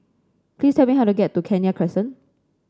please tell me how to get to Kenya Crescent